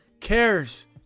cares